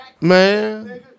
Man